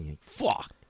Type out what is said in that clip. Fuck